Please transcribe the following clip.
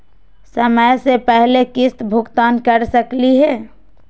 समय स पहले किस्त भुगतान कर सकली हे?